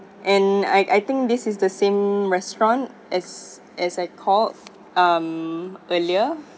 and I I think this is the same restaurant as as I called um earlier